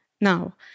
now